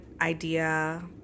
idea